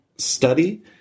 study